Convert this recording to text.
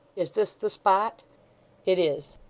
is this the spot it is